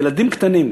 ילדים קטנים,